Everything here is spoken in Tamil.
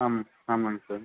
ஆம் ஆமாங்க சார்